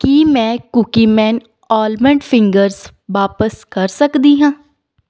ਕੀ ਮੈਂ cookie man almond fingers ਵਾਪਸ ਕਰ ਸਕਦੀ ਹਾਂ